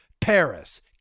Paris